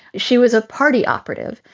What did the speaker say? she was a party operative.